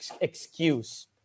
excuse